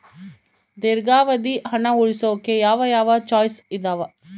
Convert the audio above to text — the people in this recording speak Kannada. ದೇರ್ಘಾವಧಿ ಹಣ ಉಳಿಸೋಕೆ ಯಾವ ಯಾವ ಚಾಯ್ಸ್ ಇದಾವ?